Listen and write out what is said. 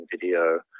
video